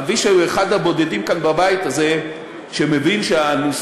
אבישי הוא אחד הבודדים כאן בבית הזה שמבין שהסוגיה